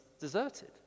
deserted